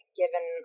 given